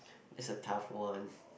that's a tough one